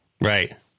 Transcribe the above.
Right